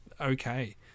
okay